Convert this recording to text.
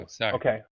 okay